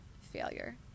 failure